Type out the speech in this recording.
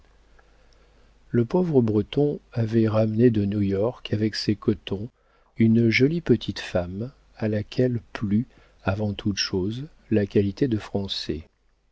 le pauvre breton avait ramené de new-york avec ses cotons une jolie petite femme à laquelle plut avant toute chose la qualité de français